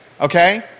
Okay